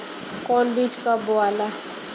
कौन बीज कब बोआला?